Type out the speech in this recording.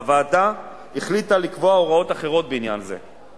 הוועדה החליטה לקבוע הוראות אחרות בעניין זה.